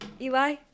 Eli